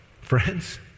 friends